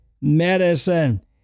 medicine